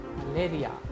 malaria